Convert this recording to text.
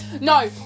No